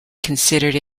considered